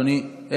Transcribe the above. אדוני,